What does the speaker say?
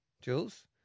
Jules